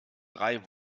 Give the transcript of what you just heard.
drei